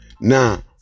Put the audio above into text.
Now